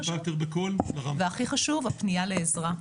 והכי חשוב הפנייה לעזרה.